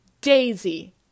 Daisy